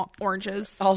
oranges